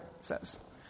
says